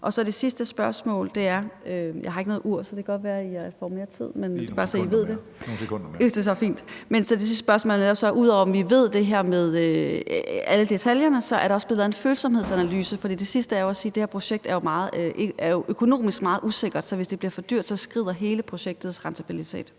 at sige, er jo, at det her projekt økonomisk er meget usikkert. Så hvis det bliver for dyrt, skrider hele projektets rentabilitet.